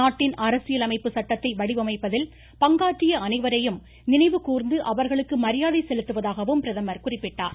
நாட்டின் அரசியலமைப்பு சட்டத்தை வடிவமைப்பதில் பங்காற்றிய அனைவரையும் நினைவு கூர்ந்து அவர்களுக்கு மரியாதை செலுத்துவதாகவும் பிரதமர் கூறினார்